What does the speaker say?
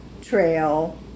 trail